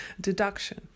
deduction